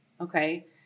Okay